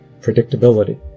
predictability